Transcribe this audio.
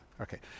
Okay